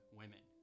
women